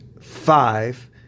five